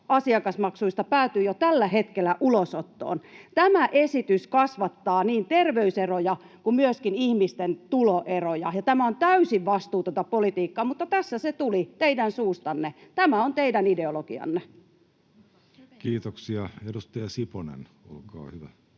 asiakasmaksuista päätyy jo tällä hetkellä ulosottoon. Tämä esitys kasvattaa niin terveyseroja kuin myöskin ihmisten tuloeroja. Tämä on täysin vastuutonta politiikkaa, mutta tässä se tuli teidän suustanne, tämä on teidän ideologianne. Kiitoksia. — Edustaja Siponen, olkaa hyvä.